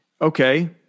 Okay